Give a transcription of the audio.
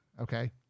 Okay